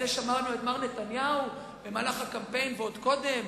שמענו את מר נתניהו במהלך הקמפיין ועוד קודם,